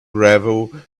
gravel